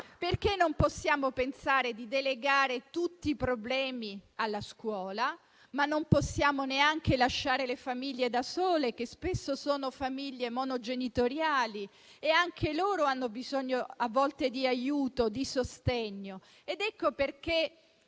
Non possiamo pensare di delegare tutti i problemi alla scuola, ma non possiamo neanche lasciare le famiglie da sole, che spesso sono monogenitoriali, e hanno bisogno di aiuto e sostegno. Ecco perché